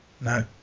No